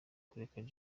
kurekera